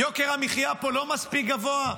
יוקר המחיה פה לא מספיק גבוה?